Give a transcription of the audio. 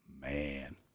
man